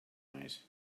eyes